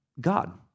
God